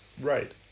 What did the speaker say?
right